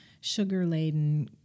sugar-laden